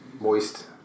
moist